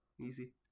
Easy